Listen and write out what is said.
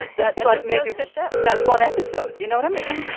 that's like maybe the show. that's one episode. you know what i mean?